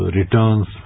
returns